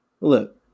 Look